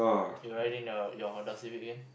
you're riding your your Honda-Civic again